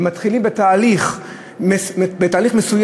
הם מתחילים תהליך מסוים,